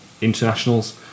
internationals